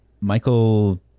Michael